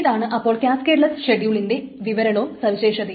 ഇതാണ് അപ്പോൾ കാസ്കേഡ്ലെസ്സ് ഷെഡ്യൂളിന്റെ വിവരണവും സവിശേഷതയും